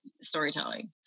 storytelling